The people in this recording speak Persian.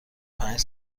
پنج